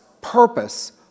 purpose